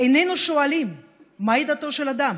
"איננו שואלים מהי דתו של אדם